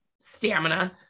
stamina